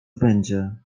będzie